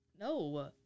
no